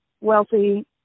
wealthy